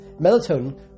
melatonin